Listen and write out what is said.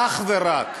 אך ורק.